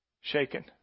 shaken